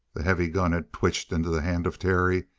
the heavy gun had twitched into the hand of terry,